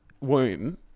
womb